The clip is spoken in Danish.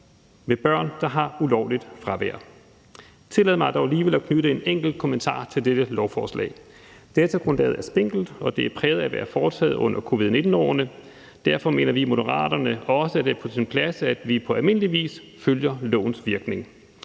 med børn, der har ulovligt fravær. Tillad mig dog alligevel at knytte en enkelt kommentar til dette lovforslag. Datagrundlaget er spinkelt, og det er præget af at være foretaget under covid-19-årene. Derfor mener vi i Moderaterne også, at det er på sin plads, at vi på almindelig vis følger lovens virkning.